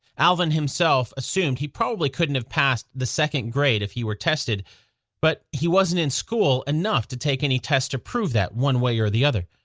alvin himself assumed he probably couldn't have passed the second grade if he were tested but he wasn't in school enough to take any tests to prove that one way or the other.